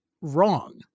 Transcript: wrong